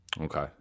Okay